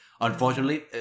Unfortunately